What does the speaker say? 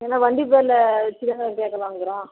ஏன்னா வண்டி பேரில் வச்சு தான் கேட்கலாங்குறோம்